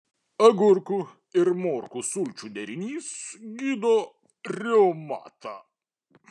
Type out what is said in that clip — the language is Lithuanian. agurkų ir morkų sulčių derinys gydo reumatą